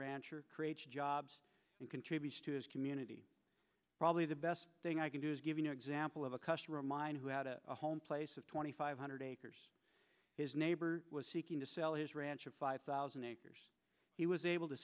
rancher creates jobs and contributes to his community probably the best thing i can do is give an example of a customer of mine who had a home place of twenty five hundred acres his neighbor was seeking to sell his ranch of five thousand acres he was able to